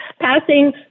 passing